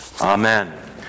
Amen